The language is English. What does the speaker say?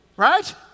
right